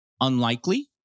unlikely